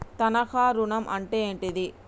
తనఖా ఋణం అంటే ఏంటిది?